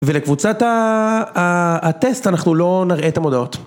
ולקבוצת הטסט אנחנו לא נראה את המודעות.